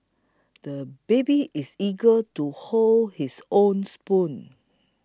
the baby is eager to hold his own spoon